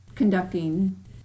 conducting